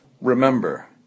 Remember